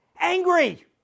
Angry